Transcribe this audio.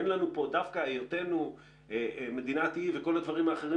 דווקא היותנו מדינת אי וכל הדברים האחרים